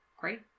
great